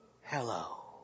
hello